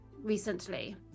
recently